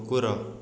କୁକୁର